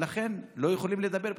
ולכן לא יכולים לדבר בכלל.